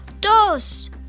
dos